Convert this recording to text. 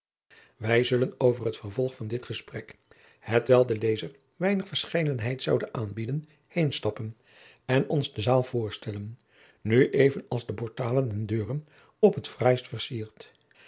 wij zullen over het vervolg van dit gesprek hetwelk den lezer weinig verscheidenheid zoude aanbieden heenstappen en ons de zaal voorstellen nu even als de portalen en deuren op het fraaist vercierd